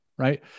Right